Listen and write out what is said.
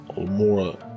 more